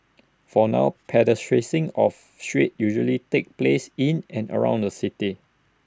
for now pedestrian sing of streets usually takes place in and around the city